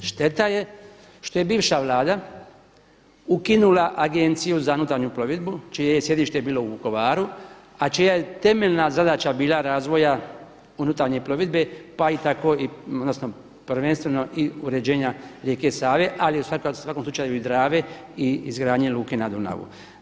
Šteta je što je bivša Vlada ukinula Agenciju za unutarnju plovidbu čije je sjedište bilo u Vukovaru a čija je temeljna zadaća bila razvoja unutarnje plovidbe pa i tako, odnosno prvenstveno i uređenja rijeke Save ali i u svakom slučaju i Drave i izgradnje luke na Dunavu.